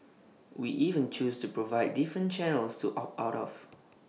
we even choose to provide different channels to opt out of